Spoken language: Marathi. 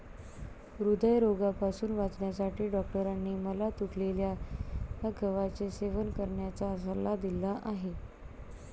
हृदयरोगापासून वाचण्यासाठी डॉक्टरांनी मला तुटलेल्या गव्हाचे सेवन करण्याचा सल्ला दिला आहे